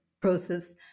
process